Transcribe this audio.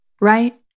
right